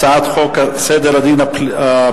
הצעת חוק סדר הדין הפלילי,